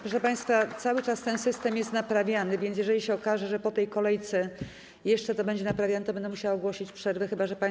Proszę państwa, cały czas ten system jest naprawiany, więc jeżeli się okaże, że po tej kolejce jeszcze to będzie naprawiane, to będę musiała ogłosić przerwę, chyba że państwo.